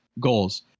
goals